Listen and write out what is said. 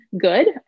good